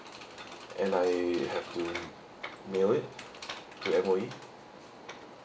and I have to mail it to M_O_E